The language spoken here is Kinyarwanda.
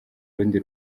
rundi